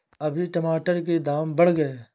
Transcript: अभी टमाटर के दाम बढ़ गए